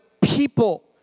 people